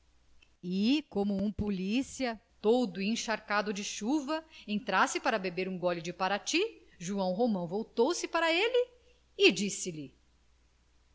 e como um polícia todo encharcado de chuva entrasse para beber um gole de parati joão romão voltou-se para ele e disse-lhe